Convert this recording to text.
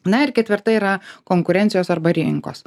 na ir ketvirta yra konkurencijos arba rinkos